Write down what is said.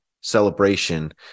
celebration